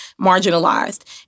marginalized